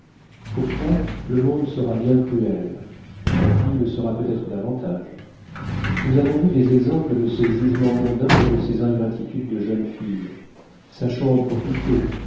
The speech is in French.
pour toi le monde sera bien cruel ta fille le sera peut-être davantage nous avons vu des exemples de ces jugements mondains et de ces ingratitudes de jeunes filles sachons en profiter